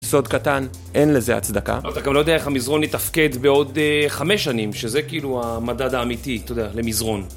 סוד קטן, אין לזה הצדקה. אתה גם לא יודע איך המזרון ייתפקד בעוד אה... חמש שנים, שזה כאילו ה...מדד האמיתי, אתה יודע, למזרון.